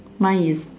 mine is